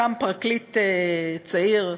קם פרקליט צעיר,